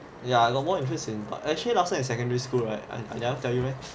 ya I got more interest in but actually last time in secondary school right I I never tell you meh